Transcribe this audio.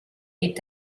est